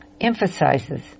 emphasizes